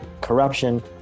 corruption